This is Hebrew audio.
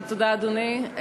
תודה, אדוני.